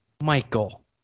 Michael